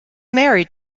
married